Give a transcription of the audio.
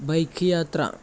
bike യാത്ര